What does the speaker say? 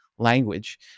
language